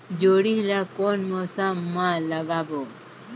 जोणी ला कोन मौसम मा लगाबो?